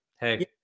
hey